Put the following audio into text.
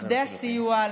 למוקדי הסיוע,